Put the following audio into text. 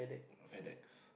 Fedex